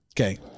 Okay